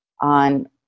on